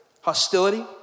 hostility